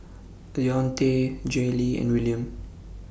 Deonte Jaylee and Wiliam